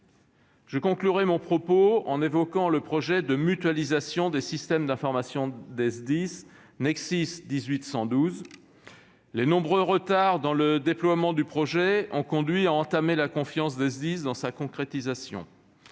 Je conclurai mon propos en évoquant le projet de mutualisation des systèmes d'information des Sdis : NexSIS 18-112. Les nombreux retards dans le déploiement du projet ont conduit à entamer la confiance des Sdis dans sa concrétisation.